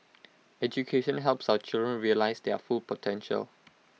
education helps our children realise their full potential